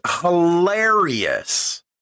hilarious